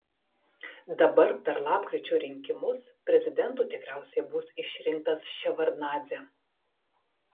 dabar per lapkričio rinkimus prezidentu tikriausiai bus išrinktas ševardnadzė